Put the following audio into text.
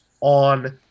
on